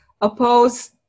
oppose